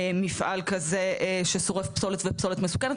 מפעל כזה ששורף פסולת ופסולת מסוכנת,